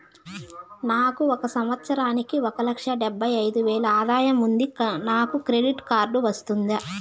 నాకు ఒక సంవత్సరానికి ఒక లక్ష డెబ్బై అయిదు వేలు ఆదాయం ఉంది నాకు క్రెడిట్ కార్డు వస్తుందా?